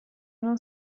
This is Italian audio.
non